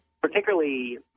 particularly